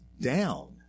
down